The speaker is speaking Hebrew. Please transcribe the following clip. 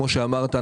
כמו שאמרת,